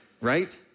right